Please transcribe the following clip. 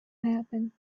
happen